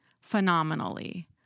Phenomenally